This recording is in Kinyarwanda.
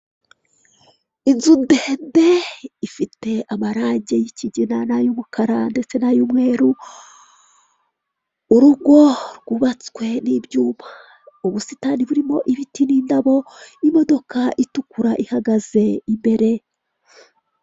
Inzu ndende ifite amarange y'ikigina n'ay'umukara ndetse n'ay'umweru, urugo rwubatswe n'ibyuma, ubusitani burimo ibiti n'indabo, imodoka itukura ihagaze imbere.